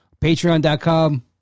patreon.com